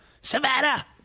Savannah